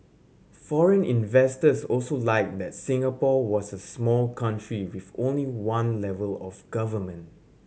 foreign investors also liked that Singapore was a small country with only one level of government